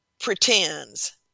pretends